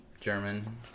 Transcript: German